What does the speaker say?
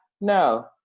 No